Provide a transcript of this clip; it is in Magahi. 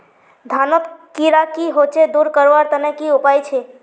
धानोत कीड़ा की होचे दूर करवार तने की उपाय छे?